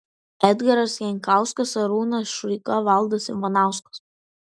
edgaras jankauskas arūnas šuika valdas ivanauskas